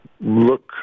look